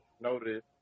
noted